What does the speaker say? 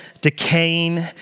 decaying